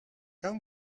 quand